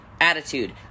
attitude